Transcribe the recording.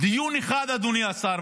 דיון אחד, אדוני השר.